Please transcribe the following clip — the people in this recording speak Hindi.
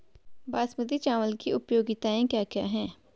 बासमती चावल की उपयोगिताओं क्या क्या हैं?